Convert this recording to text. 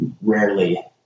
rarely